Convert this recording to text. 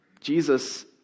Jesus